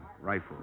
rifle